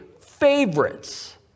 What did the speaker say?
favorites